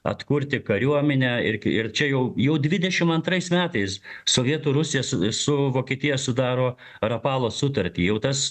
atkurti kariuomenę ir ir čia jau jau dvidešimt antrais metais sovietų rusija su su vokietija sudaro rapalo sutartį jau tas